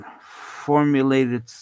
formulated